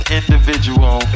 individual